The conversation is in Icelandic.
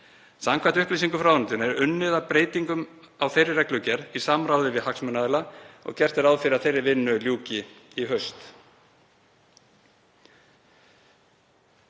Samkvæmt upplýsingum frá ráðuneytinu er unnið að breytingum á þeirri reglugerð í samráði við hagsmunaaðila og gert er ráð fyrir að þeirri vinnu ljúki í haust.